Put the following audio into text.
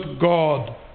God